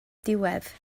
diwedd